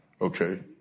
okay